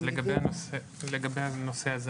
לעשות החרגה למוסדות תרבות,